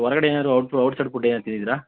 ಹೊರ್ಗಡೆ ಏನಾದರು outside food ಏನಾದರು ತಿಂದಿದ್ದಿರಾ